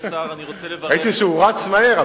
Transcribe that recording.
ראיתי שהוא רץ מהר,